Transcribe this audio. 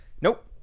Nope